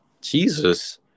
Jesus